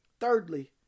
Thirdly